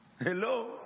Hello